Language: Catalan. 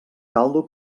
caldo